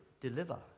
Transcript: deliver